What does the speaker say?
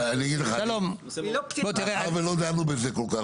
לא דנו בזה כל כך.